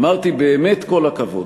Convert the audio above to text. אמרתי, באמת כל הכבוד,